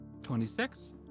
26